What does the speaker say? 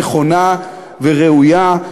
נכונה וראויה.